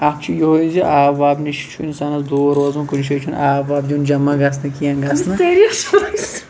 اکھ چھُ یُہے زِ آب واب نِش چھُ اِنسانَس دوٗر روزُن کُنہٕ جایہِ چھُن آب واب دیُن جَمَع گَژھنہٕ کینٛہہ گَژھنہٕ